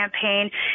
campaign